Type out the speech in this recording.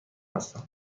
هستم